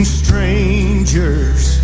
strangers